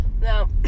Now